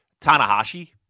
Tanahashi